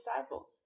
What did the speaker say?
disciples